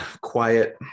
quiet